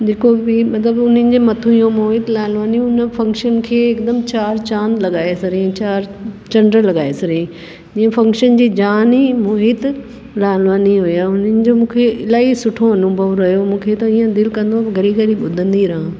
जेको बि मतिलबु उन्हनि जे मथां ई हो मोहित लालवानी उन फंक्शन खे हिकदमि चार चांद लॻाए छॾियईं चार चंडु लॻाए छॾियईं जीअं फंक्शन जी जान ई मोहित लालवानी हुया उन्हनि जो मूंखे इलाही सुठो अनुभव रहियो मूंखे त ईअं दिलि कंदो हो घड़ी घड़ी ॿुधंदी रहां